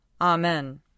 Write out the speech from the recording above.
Amen